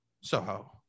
Soho